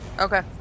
Okay